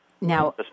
now